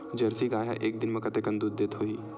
Jersey गाय ह एक दिन म कतेकन दूध देत होही?